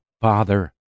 Father